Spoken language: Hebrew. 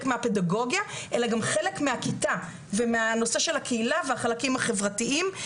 מהפדגוגיה אלא גם חלק מהכיתה ומהנושא של הקהילה והחלקים החברתיים.